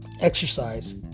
exercise